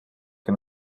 que